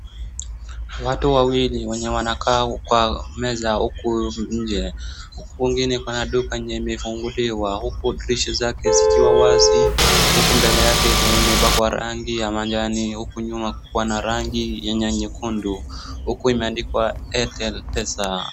Watu wawili wenye wanakaa kwa meza huku inje. Huku kwingine kuna duka yenye imefunguliwa, huku dirisha zake zikiwa wazi. Huku mbele yake kuna yenye imepakwa rangi ya majani, huku nyuma kukiwa na rangi yenye nyekundu. Huku imeandikwa Airtel Pesa.